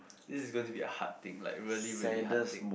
this is gonna be a hard thing like really really hard thing